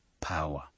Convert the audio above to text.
power